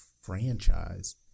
franchise